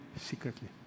secretly